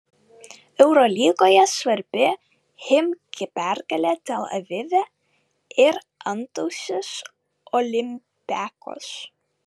eurolygoje svarbi chimki pergalė tel avive ir antausis olympiakos